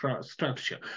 structure